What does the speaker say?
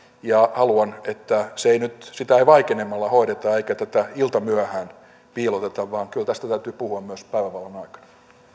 ja haluan että sitä ei vaikenemalla hoideta eikä tätä iltamyöhään piiloteta vaan kyllä tästä täytyy puhua myös päivänvalon aikana